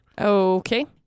Okay